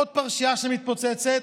עוד פרשייה שמתפוצצת,